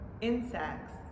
insects